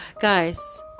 Guys